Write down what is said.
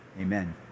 Amen